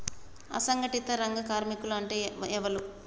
అసంఘటిత రంగ కార్మికులు అంటే ఎవలూ?